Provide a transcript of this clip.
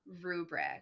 rubric